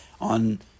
on